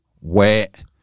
wet